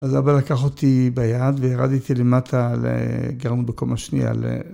אז אבא לקח אותי ביד וירדתי למטה, גרנו בקומה שניה ל...